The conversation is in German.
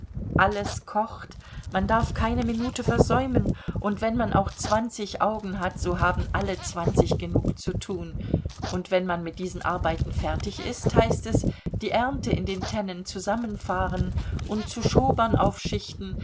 alles kocht man darf keine minute versäumen und wenn man auch zwanzig augen hat so haben alle zwanzig genug zu tun und wenn man mit diesen arbeiten fertig ist heißt es die ernte in die tennen zusammenfahren und zu schobern aufschichten